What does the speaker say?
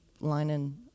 lining